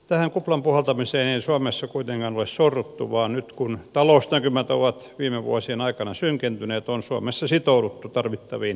tähän kuplan puhaltamiseen ei suomessa kuitenkaan ole sorruttu vaan nyt kun talousnäkymät ovat viime vuosien aikana synkentyneet on suomessa sitouduttu tarvittaviin toimenpiteisiin